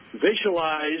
visualize